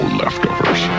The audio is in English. leftovers